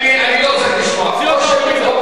אני לא צריך לשמוע.